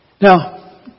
Now